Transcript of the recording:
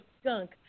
skunk